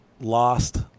lost